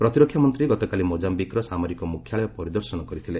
ପ୍ରତିରକ୍ଷା ମନ୍ତ୍ରୀ ଗତକାଲି ମୋଜାୟିକ୍ର ସାମରିକ ମୁଖ୍ୟାଳୟ ପରିଦର୍ଶନ କରିଥିଲେ